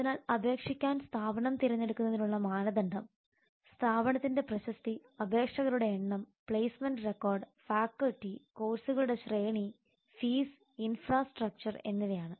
അതിനാൽ അപേക്ഷിക്കാൻ സ്ഥാപനം തിരഞ്ഞെടുക്കുന്നതിനുള്ള മാനദണ്ഡം സ്ഥാപനത്തിന്റെ പ്രശസ്തി അപേക്ഷകരുടെ എണ്ണം പ്ലേസ്മെന്റ് റെക്കോർഡ് ഫാക്കൽറ്റി കോഴ്സുകളുടെ ശ്രേണി ഫീസ് ഇൻഫ്രാസ്ട്രക്ചർ എന്നിവയാണ്